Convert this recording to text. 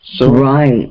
Right